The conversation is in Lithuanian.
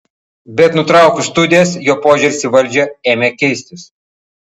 bet nutraukus studijas jo požiūris į valdžią ėmė keistis